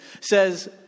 says